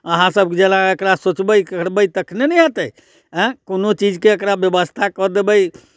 अहाँसभ जेना एकरा सोचबै करबै तखने ने हेतै एँ कोनो चीजके एकरा व्यवस्था कऽ देबै